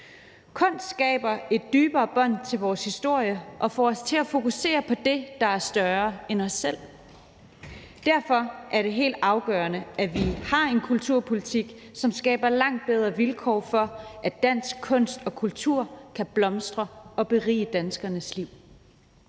Kunst skaber et dybere bånd til vores historie og får os til at fokusere på det, der er større end os selv. Derfor er det helt afgørende, at vi har en kulturpolitik, som skaber langt bedre vilkår for, at dansk kunst og kultur kan blomstre og berige danskernes liv.